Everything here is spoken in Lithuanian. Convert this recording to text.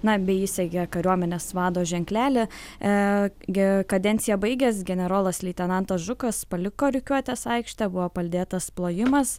na bei įsegė kariuomenės vado ženklelį e gi kadenciją baigęs generolas leitenantas žukas paliko rikiuotės aikštę buvo palydėtas plojimas